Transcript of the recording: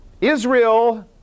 Israel